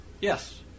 Yes